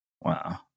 Wow